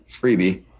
freebie